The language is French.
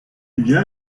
viens